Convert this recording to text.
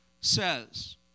says